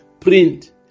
print